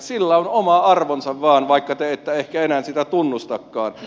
sillä on oma arvonsa vain vaikka te ette ehkä enää sitä tunnustakaan